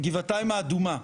גבעתיים האדומה.